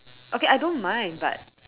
okay I don't mind but